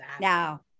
now